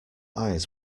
eyes